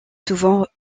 souvent